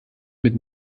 mit